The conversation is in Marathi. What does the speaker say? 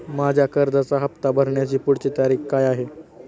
माझ्या कर्जाचा हफ्ता भरण्याची पुढची तारीख काय आहे?